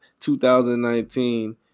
2019